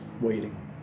waiting